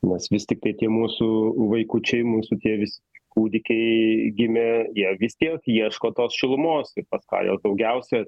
nes vis tiktai tie mūsų vaikučiai mūsų tie vis kūdikiai gimę jie vis tiek ieško tos šilumos ir tai pas ką jo daugiausia